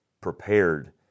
prepared